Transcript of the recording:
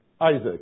Isaac